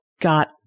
got